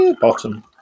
Bottom